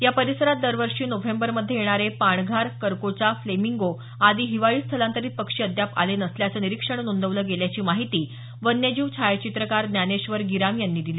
या परिसरात दरवर्षी नोव्हेंबरमध्ये येणारे पाणघार करकोचा फ्रेमिंगो आदी हिवाळी स्थलांतरीत पक्षी अद्याप आले नसल्याचं निरीक्षण नोंदवलं गेल्याची माहिती वन्यजीव छायाचित्रकार ज्ञानेश्वर गिराम यांनी दिली